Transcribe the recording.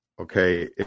Okay